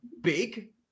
big